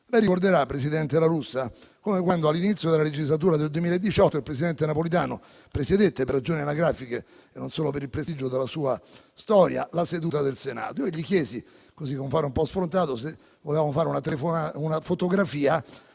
Lei ricorderà, signor presidente La Russa, che all'inizio della scorsa legislatura il presidente Napolitano presiedette per ragioni anagrafiche, e non solo per il prestigio della sua storia, la prima seduta del Senato. Io gli chiesi, con fare un po' sfrontato, se potevamo fare una fotografia